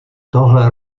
tohle